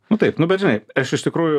nu taip nu bet žinai aš iš tikrųjų